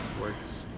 works